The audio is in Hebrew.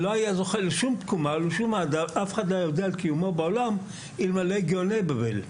היה זוכה לשום תקומה ואהדה אלמלא גולי בבל.